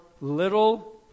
little